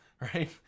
Right